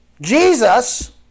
Jesus